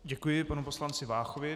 Děkuji panu poslanci Váchovi.